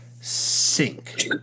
sink